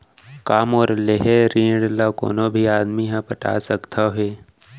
का मोर लेहे ऋण ला कोनो भी आदमी ह पटा सकथव हे?